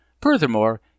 Furthermore